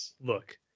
look